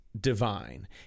divine